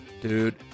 dude